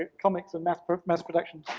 comics and mass but mass production,